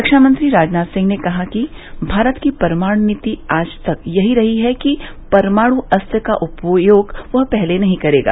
रक्षा मंत्री राजनाथ सिंह ने कहा है कि भारत की परमाणु नीति आज तक यही रही है कि परमाणु अस्त्र का उपयोग वो पहले नहीं करेगा